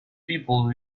people